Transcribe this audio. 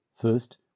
first